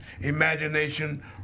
Imagination